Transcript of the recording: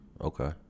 okay